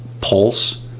pulse